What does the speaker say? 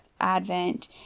Advent